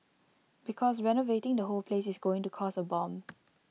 because renovating the whole place is going to cost A bomb